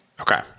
Okay